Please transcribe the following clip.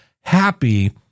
happy